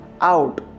out